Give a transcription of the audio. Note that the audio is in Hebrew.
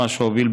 מה שהוביל,